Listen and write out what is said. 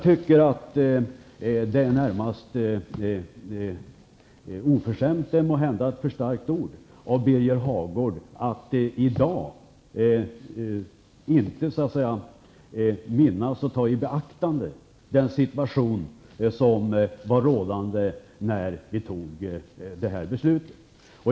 Det är närmast oförskämt -- möjligen är det ett för starkt ord -- av Birger Hagård att i dag inte minnas och ta i beaktande den situation som var rådande när vi fattade beslutet.